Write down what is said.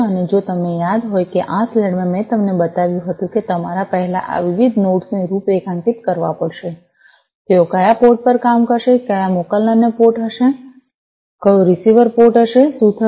અને જો તમને યાદ હોય કે સ્લાઇડમાં મેં તમને બતાવ્યું હતું કે તમારે પહેલા આ વિવિધ નોડ્સને રૂપરેખાંકિત કરવા પડશે તેઓ કયા પોર્ટ પર કામ કરશે કયો મોકલનાર પોર્ટ હશે કયો રીસીવર પોર્ટ હશે શું થશે